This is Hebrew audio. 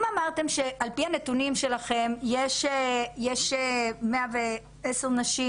אם אמרתם שעל פי הנתונים שלכם יש 110 נשים,